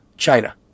China